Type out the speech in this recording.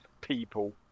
people